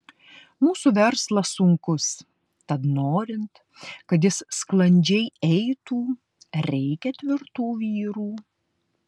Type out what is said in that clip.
mūsų verslas sunkus tad norint kad jis sklandžiai eitų reikia tvirtų vyrų